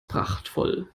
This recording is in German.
prachtvoll